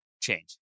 change